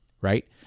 right